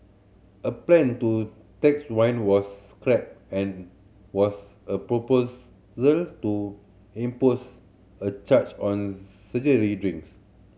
a plan to tax wine was scrapped and was a proposal to impose a charge on surgery drinks